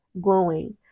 glowing